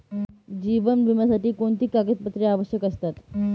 जीवन विम्यासाठी कोणती कागदपत्रे आवश्यक असतात?